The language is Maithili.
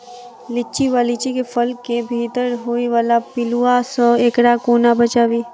लिच्ची वा लीची केँ फल केँ भीतर होइ वला पिलुआ सऽ एकरा कोना बचाबी?